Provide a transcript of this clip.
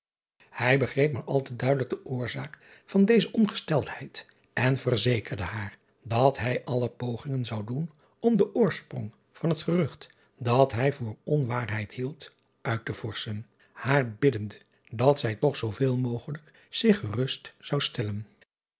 ij begreep maar al te duidelijk de oorzaak van deze ongesteldheid en verzekerde haar dat hij alle pogingen zou doen om den oorsprong van het gerucht dat hij voor onwaarheid hield uit te vorschen haar biddende dat zij toch zooveel mogelijk zich gerust zou stellen